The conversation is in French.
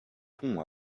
ponts